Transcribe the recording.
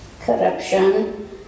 corruption